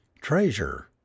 Treasure